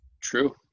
true